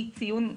אי-ציון